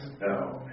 no